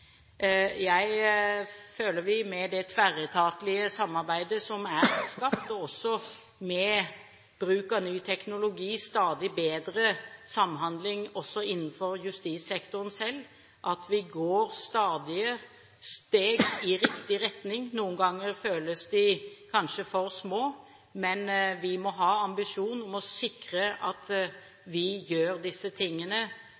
Jeg føler at vi med det tverretatlige samarbeidet som er skapt, og også med bruk av ny teknologi og stadig bedre samhandling også innenfor justissektoren selv, går stadige steg i riktig retning. Noen ganger føles de kanskje for små, men vi må ha en ambisjon om å sikre